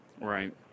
Right